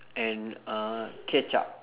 and uh ketchup